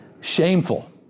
shameful